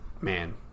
man